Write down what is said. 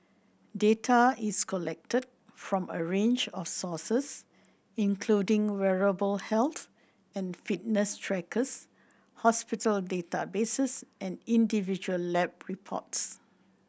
data is collected from a range of sources including wearable health and fitness trackers hospital databases and individual lab reports